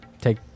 take